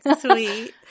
sweet